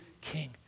King